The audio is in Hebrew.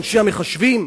אנשי המחשבים?